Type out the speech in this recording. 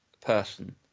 person